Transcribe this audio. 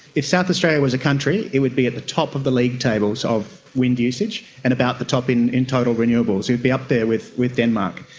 if south australia was a country it would be at the top of the league tables of wind usage and about the top in in total renewables, it would be up there with with denmark.